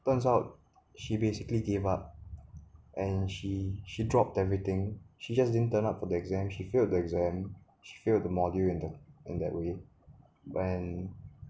turns out she basically gave up and she she dropped everything she just didn't turn up for the exam she failed exam she failed the module in that way when